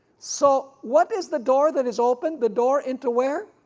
so what is the door that is opened, the door into where?